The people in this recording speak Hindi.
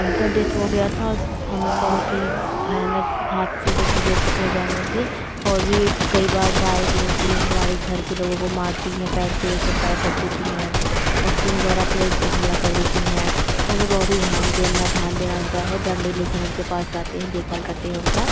उनकी डेथ हो गई थी तो हम बहुत ही भयानक हादसे से गुज़र चुके हैं जानवर के और भी कई बार गाय जो होती है वह हमारी घर के लोगों को मारती है पैर पर सब पैर रख देती है और सींग द्वारा अपने हमला कर देती है तो हमें बहुत ही ध्यान देना ध्यान देना होता है है डंडे लेकर हम उनके पास जाते हैं देखभाल करते हैं उनकी